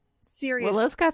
serious